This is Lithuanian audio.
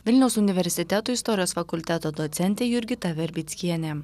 vilniaus universiteto istorijos fakulteto docentė jurgita verbickienė